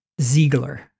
Ziegler